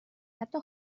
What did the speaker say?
حتا